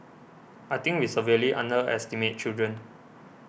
I think we severely underestimate children